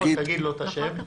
לפרוטוקול, תגיד לו את השם.